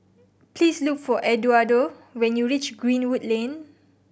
please look for Eduardo when you reach Greenwood Lane